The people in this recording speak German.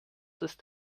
ist